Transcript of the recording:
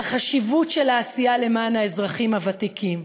החשיבות של העשייה למען האזרחים הוותיקים,